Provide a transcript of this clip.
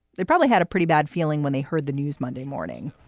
they probably had a pretty bad feeling when they heard the news monday morning.